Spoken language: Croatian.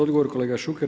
Odgovor kolega Šuker.